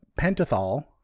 pentothal